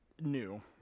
new